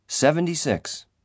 Seventy-six